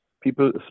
people